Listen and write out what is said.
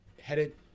headed